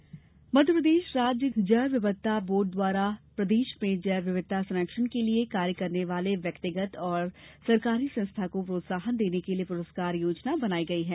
जैव विविधता मप्र राज्य जैव विविधता बोर्ड द्वारा प्रदेश में जैव विविधता संरक्षण के लिए कार्य करने वाले व्यक्तिगत और सरकारी संस्था को प्रोत्साहन देने के लिए पुरस्कार योजना बनाई है